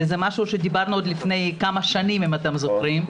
וזה משהו שדיברנו עוד לפני כמה שנים אם אתם זוכרים,